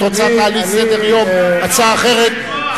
אתה רוצה, תעלי הצעה אחרת לסדר-היום.